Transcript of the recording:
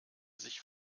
sich